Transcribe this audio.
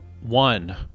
One